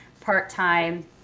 part-time